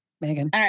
Megan